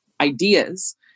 ideas